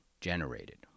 generated